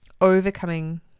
overcoming